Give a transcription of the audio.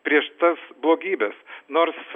prieš tas blogybes nors